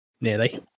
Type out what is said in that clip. nearly